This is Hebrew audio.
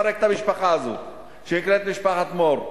תוכנית איך לפרק את המשפחה הזו שנקראת משפחת מור.